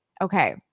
okay